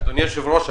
אדוני היושב ראש,